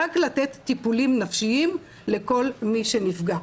רק לתת טיפולים נפשיים לכל מי שנפגע.